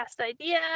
idea